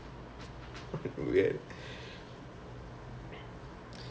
okay but most of the circuits like parallel right